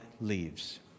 leaves